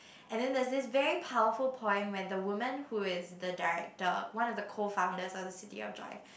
and then that is very powerful point when the women who is the director one of the co founders of City of Joy